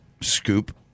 scoop